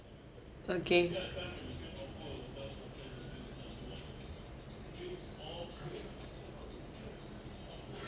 okay